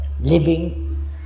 living